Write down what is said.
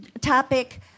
topic